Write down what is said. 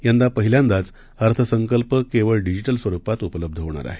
यंदापहिल्यांदाचअर्थसंकल्पकेवळडिजिटलस्वरूपातउपलब्धहोणारआहे